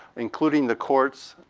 including the courts,